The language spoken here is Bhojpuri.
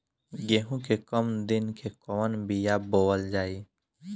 गेहूं के कम दिन के कवन बीआ बोअल जाई?